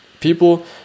people